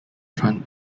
front